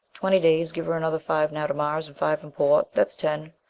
twenty days. give her another five now to mars, and five in port. that's ten.